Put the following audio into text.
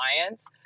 clients